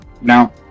Now